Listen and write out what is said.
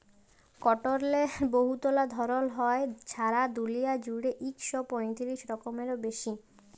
কটলের বহুতলা ধরল হ্যয়, ছারা দুলিয়া জুইড়ে ইক শ পঁয়তিরিশ রকমেরও বেশি